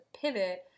pivot